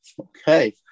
Okay